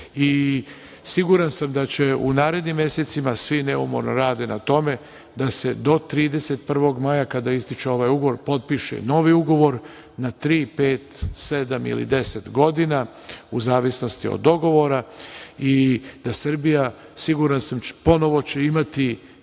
sam da će u narednim mesecima, svi neumorno rade na tome, da se do 31. maja kada ističe ovaj ugovor, potpiše novi ugovor na tri, pet, sedam ili deset godina, u zavisnosti od dogovora i da Srbija, siguran sam, ponovo će imati